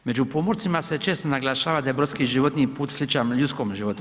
Među pomorcima se često naglašava da je brodski životni put sličan ljudskom životu.